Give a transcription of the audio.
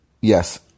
Yes